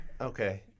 Okay